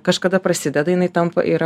kažkada prasideda jinai tampa yra